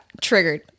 Triggered